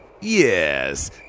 Yes